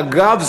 אגב,